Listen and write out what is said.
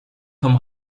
vom